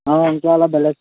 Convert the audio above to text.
অঁ অংকীয়া অলপ বেলেগ